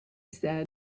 said